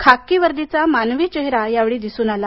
खाकी वर्दीचा मानवी चेहरा या वेळी दिसून आला